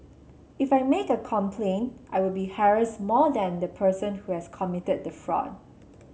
if I make a complaint I will be harassed more than the person who has committed the fraud